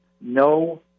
no